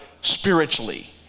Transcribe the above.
spiritually